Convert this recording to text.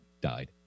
died